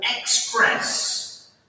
express